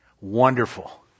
Wonderful